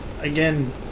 again